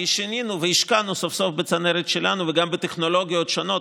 כי שינינו והשקענו סוף-סוף בצנרת שלנו וגם בטכנולוגיות שונות.